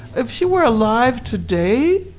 if she were alive today,